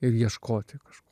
ir ieškoti kažko